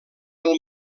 del